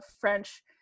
French